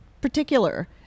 particular